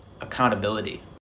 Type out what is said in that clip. accountability